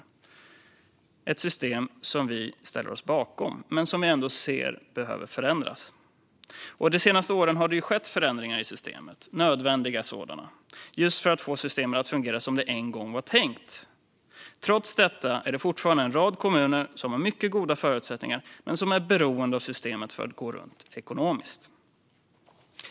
Det är ett system som vi ställer oss bakom men som vi ändå ser behöver förändras. De senaste åren har det skett förändringar i systemet, nödvändiga sådana, för att få det att fungera som det en gång var tänkt. Trots detta är det fortfarande en rad kommuner som har mycket goda förutsättningar men som är beroende av systemet för att gå runt ekonomiskt.